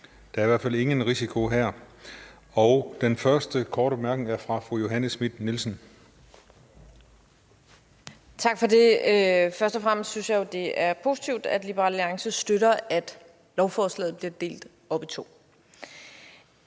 Der er i hvert fald ingen risiko her. Den første korte bemærkning er fra fru Johanne Schmidt-Nielsen. Kl. 18:57 Johanne Schmidt-Nielsen (EL): Tak for det. Først og fremmest synes jeg, det er positivt, at Liberal Alliance støtter, at lovforslaget bliver delt op i to.